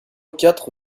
quatre